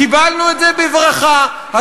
קיבלנו את זה בברכה,